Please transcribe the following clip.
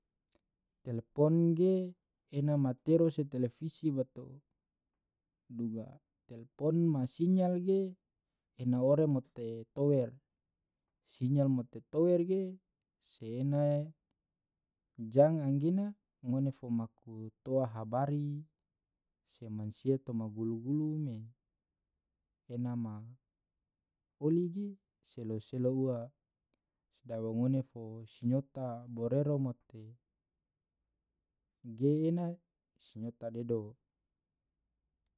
telepon ge ena matero se televise bato duga telepon ma sinyal ge ena oro mote tower, sinyal mote tower ge se ena jang anggena ngone fo maku toa habari se mansia toma gulu-gulu me ena ma oli ge selo-selo ua sedaba ngone fo sinyota borero mote ge ena sinyota dedo.